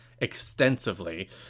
extensively